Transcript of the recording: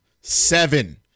Seven